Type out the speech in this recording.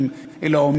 -הסוהר האמריקניים,